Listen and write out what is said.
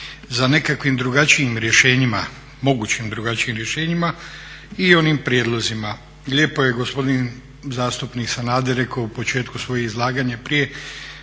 na nekakvim drugačijim rješenjima, mogućim drugačijim rješenjima i onim prijedlozima. Lijepo je gospodin zastupnik Sanader rekao u početku svog izlaganja prije